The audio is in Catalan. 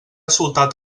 soltat